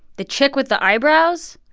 the chick with the eyebrows?